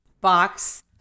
box